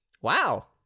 Wow